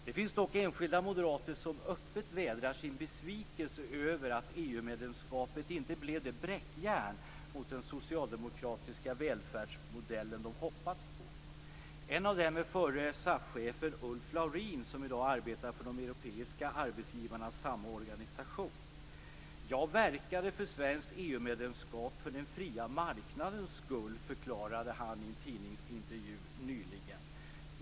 Det finns dock enskilda moderater som öppet vädrar sin besvikelse över att EU-medlemskapet inte blev det bräckjärn mot den socialdemokratiska välfärdsmodellen de hoppats på. En av dem är förre SAF chefen Ulf Laurin som i dag arbetar för de europeiska arbetsgivarnas samorganisation. Jag verkade för ett svenskt EU-medlemskap för den fria marknadens skull, förklarade han i en tidningsintervju nyligen.